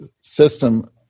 system